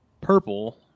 purple